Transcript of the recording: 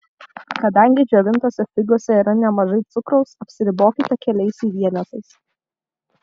kadangi džiovintose figose yra nemažai cukraus apsiribokite keliais jų vienetais